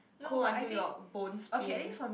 cold until your bones pain